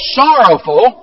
sorrowful